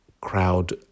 crowd